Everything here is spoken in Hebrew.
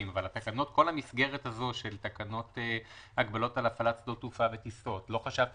כל המסגרת הזאת של תקנות הגבלות על הפעלת שדות תעופה וטיסות לא צריך